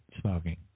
smoking